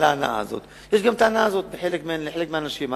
יש גם ההנאה הזאת לחלק מהאנשים.